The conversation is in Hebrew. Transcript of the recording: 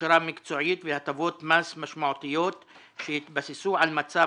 הכשרה מקצועית והטבות מס משמעותיות שיתבססו על מצב